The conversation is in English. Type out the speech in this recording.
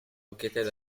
located